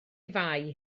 fai